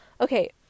Okay